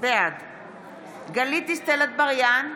בעד גלית דיסטל אטבריאן,